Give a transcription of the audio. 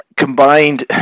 combined